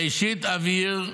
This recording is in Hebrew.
ראשית אבהיר,